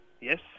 Yes